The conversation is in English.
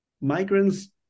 migrants